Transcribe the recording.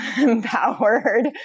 empowered